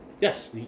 Yes